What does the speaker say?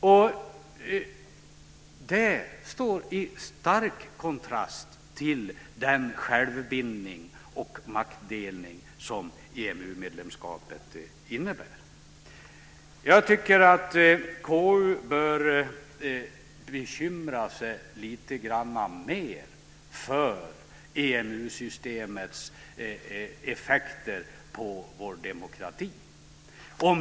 Det står i stark kontrast till den självbindning och maktdelning som EMU-medlemskapet innebär. Jag tycker att KU bör bekymra sig lite mer för EMU-systemets effekter på vår demokrati.